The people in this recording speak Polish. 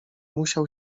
musiał